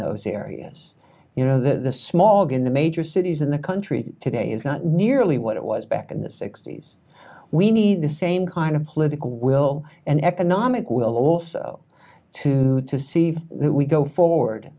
those areas you know the small guy in the major cities in the country today is not nearly what it was back in the sixty's we need the same kind of political will and economic will also to to see if we go forward